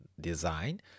design